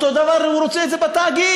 את אותו דבר הוא רוצה בתאגיד.